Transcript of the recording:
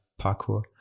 parkour